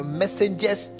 messengers